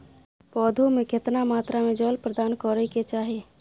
पौधों में केतना मात्रा में जल प्रदान करै के चाही?